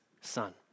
Son